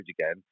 again